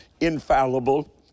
infallible